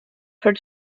for